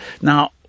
Now